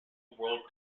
world